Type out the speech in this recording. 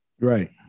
Right